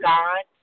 God